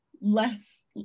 less